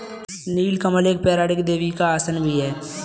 नील कमल एक पौराणिक देवी का आसन भी है